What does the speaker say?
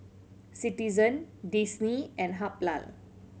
Citizen Disney and Habhal